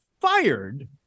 fired